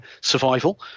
survival